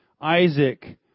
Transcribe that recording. Isaac